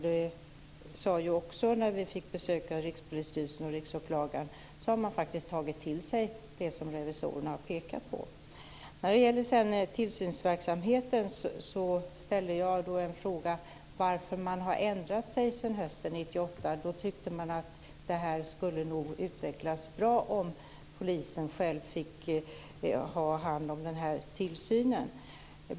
Det sades också när vi fick besök av Rikspolisstyrelsen och Riksåklagaren. Man har faktiskt tagit till sig det som revisorerna har pekat på. När det gäller tillsynsverksamheten ställde jag en fråga om varför man har ändrat sig sedan hösten 1998. Då tyckte man att det nog skulle utvecklas bra om polisen själv fick ha hand om tillsynen.